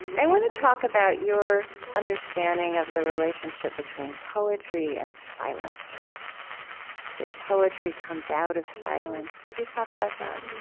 i want to talk about your understanding of the relationship between poetry and silence. you said poetry comes out of silence. would you talk about that?